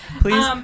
Please